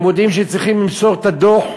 הם יודעים שהם צריכים למסור את הדוח,